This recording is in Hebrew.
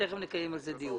תכף נקיים על זה דיון.